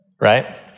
right